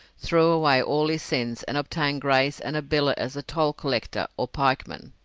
threw away all his sins, and obtained grace and a billet as toll-collector or pikeman.